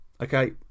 okay